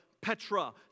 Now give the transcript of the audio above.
Petra